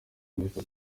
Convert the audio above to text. bavuga